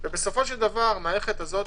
המערכת הזאת,